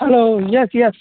hello yes yes